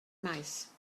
maes